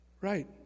Right